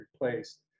replaced